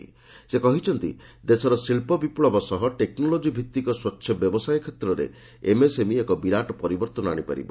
ପ୍ରଧାନମନ୍ତ୍ରୀ କହିଛନ୍ତି ଦେଶର ଶିଳ୍ପ ବିପୁବ ସହ ଟେକ୍ନୋଲୋକିଭିତ୍ତିକ ସ୍ୱଚ୍ଛ ବ୍ୟବସାୟ କ୍ଷେତ୍ରରେ ଏମ୍ଏସ୍ଏମ୍ଇ ଏକ ବିରାଟ ପରିବର୍ତ୍ତନ ଆଣିପାରିବ